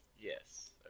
yes